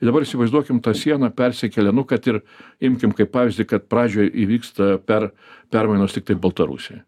ir dabar įsivaizduokim tą siena persikelia nu kad ir imkim kaip pavyzdį kad pradžioj įvyksta per permainos tiktai baltarusijoj